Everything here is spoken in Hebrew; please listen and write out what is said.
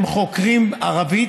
חוקרים ערבים,